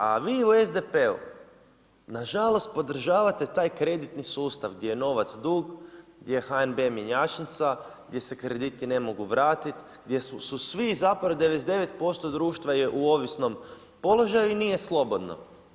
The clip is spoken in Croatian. A vi u SDP-u nažalost podržavate taj kreditni sustav gdje je novac dug, gdje je HNB mjenjačnica, gdje se krediti ne mogu vratiti, gdje su svi, zapravo 99% društva je u ovisnom položaju i nije slobodno.